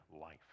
life